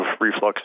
reflux